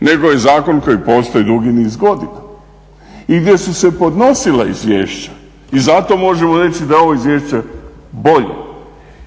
nego je zakon koji postoji dugi niz godina i gdje su se podnosila izvješća i zato možemo reći da je ovo izvješće bolje.